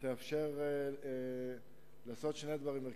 שתאפשר לעשות שני דברים מרכזיים: